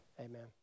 Amen